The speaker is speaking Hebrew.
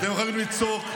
אתם יכולים לצעוק.